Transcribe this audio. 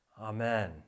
Amen